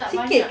tak banyak